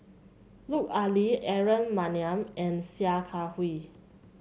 Lut Ali Aaron Maniam and Sia Kah Hui